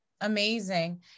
Amazing